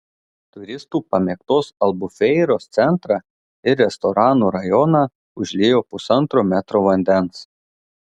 turistų pamėgtos albufeiros centrą ir restoranų rajoną užliejo pusantro metro vandens